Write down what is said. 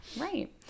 right